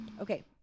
okay